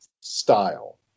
style